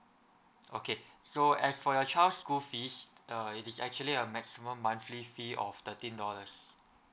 okay so as for your child's school fees uh it's actually a maximum monthly fee of thirteen dollars